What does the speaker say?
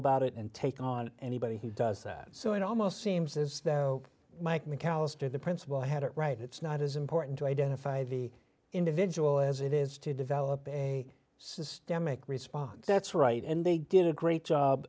about it and take on anybody who does that so it almost seems as though mike mcallister the principal had it right it's not as important to identify the individual as it is to develop a systemic response that right and they did a great